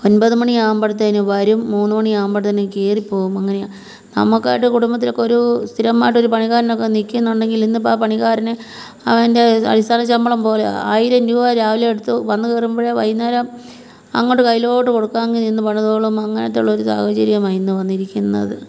ഒൻപത് മണിയാകുമ്പഴ്ത്തേന് വരും മൂന്ന് മണിയാകുമ്പഴ്ത്തേന് കയറി പോകും അങ്ങനെയാണ് നമുക്കായിട്ട് കുടുംബത്തിലൊക്കെ ഒരു സ്ഥിരമായിട്ട് ഒരു പണിക്കാരനക്കെ നിക്കുന്നുണ്ടെങ്കിലിന്നിപ്പം ആ പണിക്കാരന് അവൻ്റെ അടിസ്ഥാന ശമ്പളം പോലെയാണ് ആയിരം രൂപ രാവിലെ എടുത്ത് വന്ന് കയറുമ്പഴേ വൈകുന്നേരം അങ്ങോട്ട് കയ്യിലോട്ട് കൊടുക്കാങ്കി നിന്ന് പണിതോളും അങ്ങനത്തെ ഉള്ളൊരു സാഹചര്യമാണ് ഇന്ന് വന്നിരിക്കുന്നത്